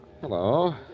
Hello